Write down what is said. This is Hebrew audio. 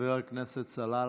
חבר הכנסת סלאלחה.